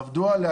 עבדו עליה,